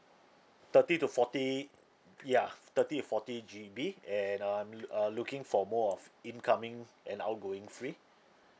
thirty to forty ya thirty to forty G_B and uh I'm loo~ uh looking for more of incoming and outgoing free